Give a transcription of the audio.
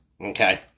okay